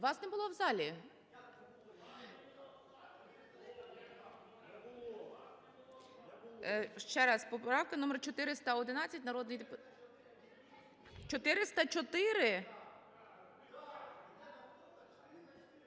Вас не було в залі. Ще раз, поправка номер 411, народний депутат...